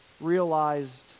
realized